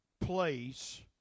place